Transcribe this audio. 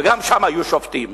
וגם שם היו שופטים.